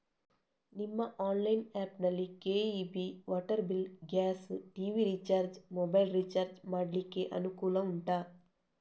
ನಿಮ್ಮ online app ನಲ್ಲಿ KEB, water bill, gas, TV recharge, mobile recharge ಮಾಡ್ಲಿಕ್ಕೆ ಅನುಕೂಲ ಉಂಟಾ